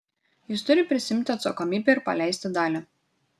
jis turi prisiimti atsakomybę ir paleisti dalią